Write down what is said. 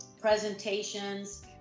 presentations